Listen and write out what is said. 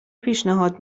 پیشنهاد